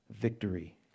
victory